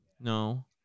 no